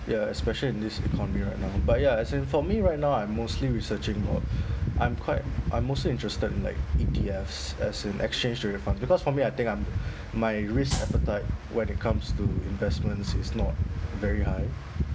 ya especially in this economy right now but ya as in for me right now I mostly researching more I'm quite I'm mostly interested in like E_T_Fs as in exchange traded fund because for me I think I'm my risk appetite when it comes to investments is not very high